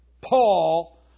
Paul